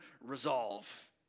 resolve